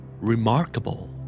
Remarkable